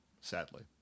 sadly